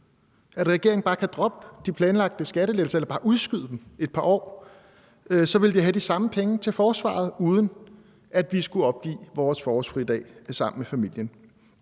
Regeringen kan bare droppe de planlagte skattelettelser eller bare udskyde dem et par år, så ville de have de samme penge til forsvaret, uden at vi skulle opgive vores forårsfridag sammen med familien.